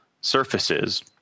surfaces